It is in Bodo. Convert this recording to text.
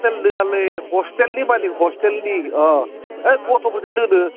ह'टेल नोङालै ह'स्टेलनि मालिग ह'स्टेलनि अह है गथ'फोरसो दोनो